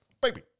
baby